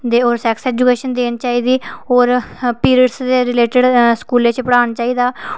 ते और sex education देनी चाहिदी और पीरियड्स दे रिलेटड स्कूलें च पढ़ाना चाहिदा